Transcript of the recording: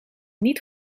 niet